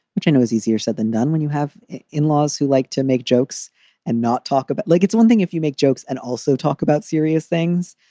which i know is easier said than done when you have in-laws who like to make jokes and not talk about like it's one thing if you make jokes and also talk about serious things,